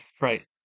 right